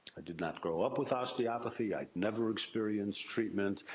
i did not grow up with osteopathy. i'd never experienced treatment.